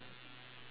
for you